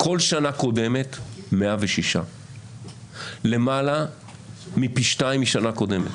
כל שנה קודמת 106. למעלה מפי שניים משנה קודמת.